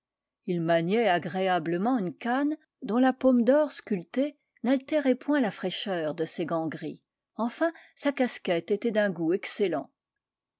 il maniait agréablement une canne dont la pomme d'or sculptée n'altérait point la fraîcheur de ses gants gris enfin sa casquette était d'un goût excellent